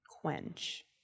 quench